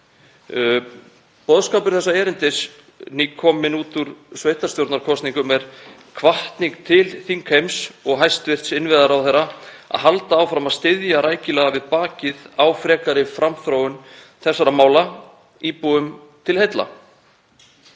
Boðskapur þessa erindis, nýkominn úr sveitarstjórnarkosningunum, er hvatning til þingheims og hæstv. innviðaráðherra að halda áfram að styðja rækilega við bakið á frekari framþróun þessara mála íbúum til heilla.